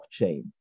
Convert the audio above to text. blockchain